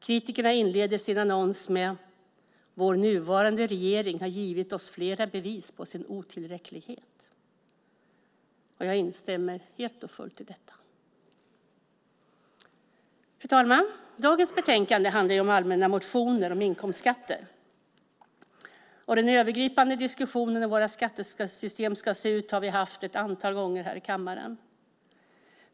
Kritikerna inleder sin annons med: "Vår nuvarande regering har givit oss flera bevis på sin otillräcklighet." Jag instämmer helt och fullt i detta. Fru talman! Dagens betänkande behandlar allmänna motioner om inkomstskatter. Den övergripande diskussionen om hur vårt skattesystem ska se ut har vi haft ett antal gånger här i kammaren.